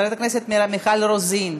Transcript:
חברת הכנסת מיכל רוזין,